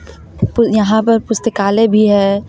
यहाँ पर पुस्तकालय भी है